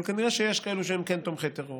אבל כנראה שיש כאלו שהם כן תומכי טרור.